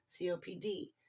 COPD